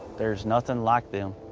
there's nothing like them,